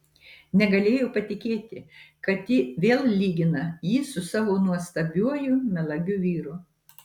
negalėjo patikėti kad ji vėl lygina jį su savo nuostabiuoju melagiu vyru